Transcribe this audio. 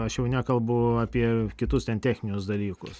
aš jau nekalbu apie kitus ten techninius dalykus